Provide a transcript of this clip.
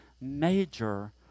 major